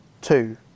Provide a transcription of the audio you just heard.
two